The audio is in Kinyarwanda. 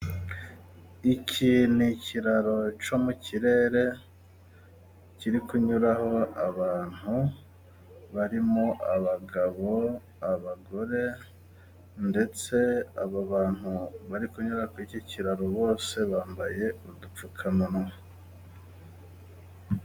Iki ni ikiraro cyo mu kirere kiri kunyuraho abantu barimo abagabo, abagore, ndetse aba bantu bari kunyura kuri iki kiraro, bose bambaye udupfukamunwa.